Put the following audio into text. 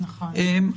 הם,